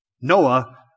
Noah